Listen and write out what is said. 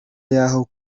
yaho